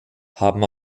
haben